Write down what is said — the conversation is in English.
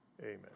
Amen